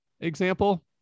example